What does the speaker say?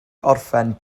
orffen